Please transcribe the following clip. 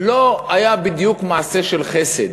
לא היה בדיוק מעשה של חסד.